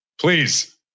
Please